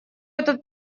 этот